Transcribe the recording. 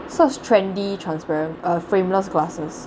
search trendy transparent uh frameless glasses